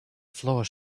floor